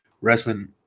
wrestling